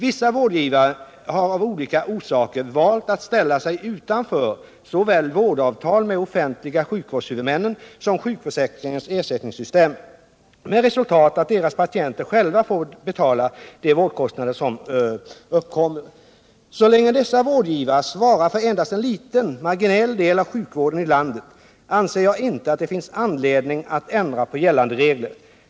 Vissa vårdgivare har av olika orsaker valt att ställa sig utanför såväl vårdavtal med de offentliga sjukvårdshuvudmännen som sjukförsäkringens ersättningssystem, med resultat att deras patienter själva får betala de vårdkostnader som uppkommer. Så länge dessa vårdgivare svarar för endast en liten marginell del av sjukvården i landet anser jag inte att det finns anledning att ändra på gällande regler.